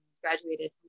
Graduated